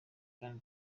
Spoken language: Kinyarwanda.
bwana